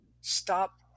stop